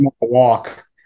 walk